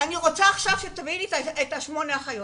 אני רוצה עכשיו שתביאי לי שמונה אחיות.